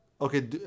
okay